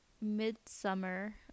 mid-summer